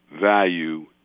value